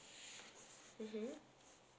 mmhmm